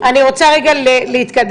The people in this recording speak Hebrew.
אני רוצה רגע להתקדם.